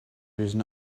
using